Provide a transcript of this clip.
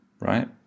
right